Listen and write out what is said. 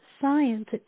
science